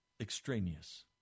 extraneous